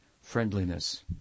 friendliness